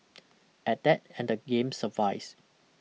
adapt and the game survives